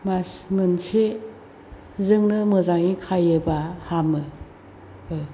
मास मोनसेजोंनो मोजाङै खायोब्ला हामो